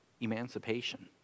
emancipation